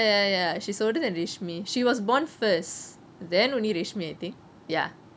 ya ya she's older than rashmi she was born first then only rashmi I think